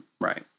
Right